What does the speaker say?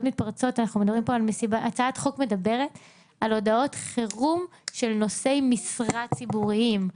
מתפרצות הצעת החוק מדברת על הודעות חירום של נושאי משרה ציבוריים.